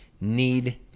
need